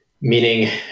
meaning